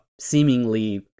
seemingly